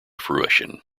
fruition